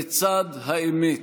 לצד האמת.